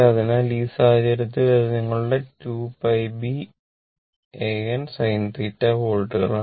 അതിനാൽ ഈ സാഹചര്യത്തിൽ ഇത് നിങ്ങളുടെ 2 π B A N sin θ വോൾട്ടുകളാണ്